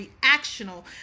reactional